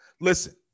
Listen